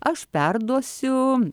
aš perduosiu